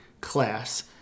class